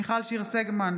מיכל שיר סגמן,